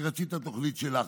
כי רצית את התוכנית שלך,